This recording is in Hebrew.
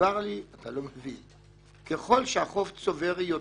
הוסבר לי שככל שהחוב צובר יותר,